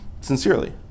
sincerely